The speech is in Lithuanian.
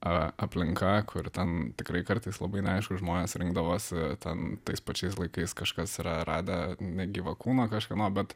aplinka kuri ten tikrai kartais labai neaiškūs žmonės rinkdavosi ten tais pačiais laikais kažkas yra radę negyvą kūną kažkieno bet